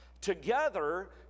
Together